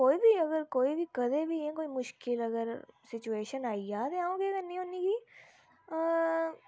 कोई बी अगर कोई बी कदें बी इयां अगर मुश्किल अगर सिचुएशन आई गेई जा ते अऊं केह् करनी होन्नी कि हां